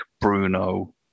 Bruno